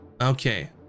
Okay